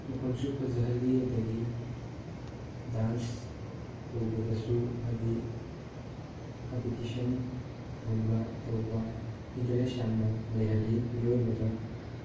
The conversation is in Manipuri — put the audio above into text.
ꯃꯈꯣꯟꯁꯨ ꯐꯖꯍꯜꯂꯤ ꯑꯗꯒꯤ ꯗꯥꯟꯁ ꯇꯧꯕꯗꯁꯨ ꯍꯥꯏꯗꯤ ꯀꯝꯄꯤꯇꯤꯁꯟꯒꯨꯝꯕ ꯇꯧꯕ ꯏꯟꯇꯔꯦꯁ ꯌꯥꯝꯅ ꯂꯩꯍꯜꯂꯤ ꯃꯤꯑꯣꯏꯕꯗ